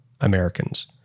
Americans